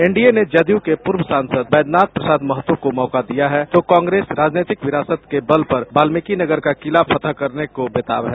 NDA ने जदयू के पूर्व सांसद बैद्यनाथ प्रसाद महतो को मौका दिया है तो कांग्रेस राजनैतिक विरासत के बल पर वाल्मिकी नगर का किला फतह करने को बेताब है